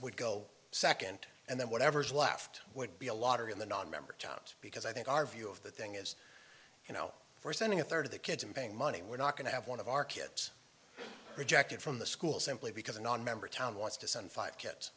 would go second and then whatever's left would be a lottery in the nonmember towns because i think our view of the thing is you know we're sending a third of the kids and paying money we're not going to have one of our kids rejected from the school simply because a nonmember town wants to send five kids